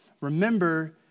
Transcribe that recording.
remember